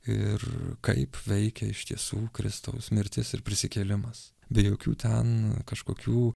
ir kaip veikia iš tiesų kristaus mirtis ir prisikėlimas be jokių ten kažkokių